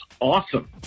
awesome